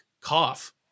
cough